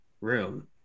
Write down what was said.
room